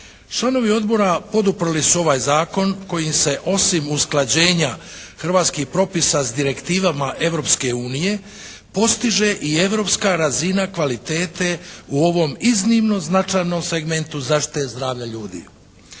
Članovi Odbora poduprli su ovaj zakon kojim se osim usklađenja hrvatskih propisa s direktivama Europske unije postiže i europska razina kvalitete u ovom iznimno značajnom segmentu zaštite zdravlja ljudi.